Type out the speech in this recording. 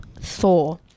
Thor